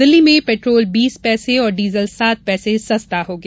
दिल्ली में पेट्रोल बीस पैसे और डीजल सात पैसे सस्ता हो गया